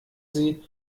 sie